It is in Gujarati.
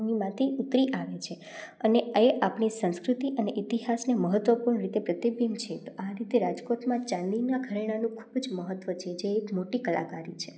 ભૂમિમાંથી ઉતરી આવે છે અને એ આપણી સંસ્કૃતિ અને ઈતિહાસને મહત્વપૂર્ણ રીતે પ્રતિબિંબ છે આ રીતે રાજકોટમાં ચાંદીના ઘરેણાંનું ખૂબ જ મહત્વ છે જે એક મોટી કલાકારી છે